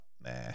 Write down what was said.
Nah